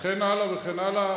וכן הלאה וכן הלאה.